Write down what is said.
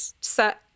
set